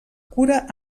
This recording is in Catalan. cura